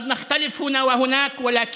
אולי אנו לא רואים עין בעין פה ושם,